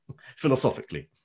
philosophically